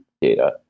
data